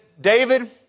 David